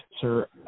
sir